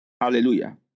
Hallelujah